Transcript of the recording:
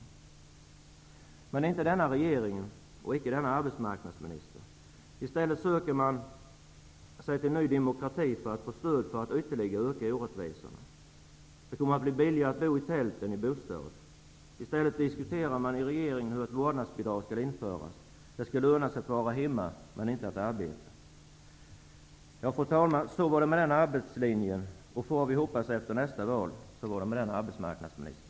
Men det gör inte denna regering och denna arbetsmarknadsminister. I stället söker de sig till Ny demokrati för att få stöd för att ytterligare öka orättvisorna. Det kommer att bli billigare att bo i tält än i en bostad. I stället diskuterar man i regeringen hur ett vårdnadsbidrag skall kunna införas. Det skall löna sig att vara hemma men inte att arbeta. Fru talman! Så var det med den arbetslinjen, och så var det -- får vi hoppas, efter nästa val -- med den arbetsmarknadsministern.